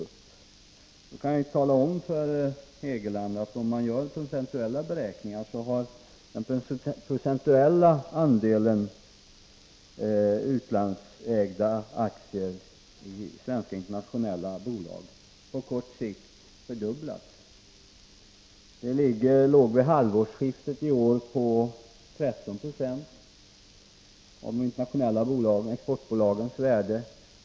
Jag kan tala om för Hegeland att om man gör procentuella beräkningar visar det sig att den utlandsägda andelen aktier i svenska internationella bolag på kort sikt har fördubblats. Det utländska innehavet låg vid halvårsskiftet i år på 13 20 av de internationella exportbolagens värde.